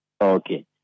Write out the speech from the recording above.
Okay